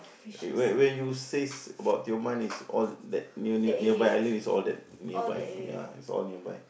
where where you says about Tioman is all that near near nearby island it's all that nearby ya it's all nearby